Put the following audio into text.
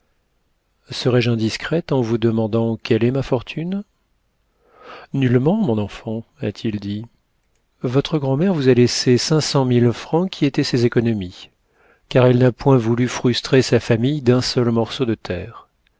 serais-je indiscrète en vous demandant quelle est ma fortune nullement mon enfant a-t-il dit votre grand'mère vous a laissé cinq cent mille francs qui étaient ses économies car elle n'a point voulu frustrer sa famille d'un seul morceau de terre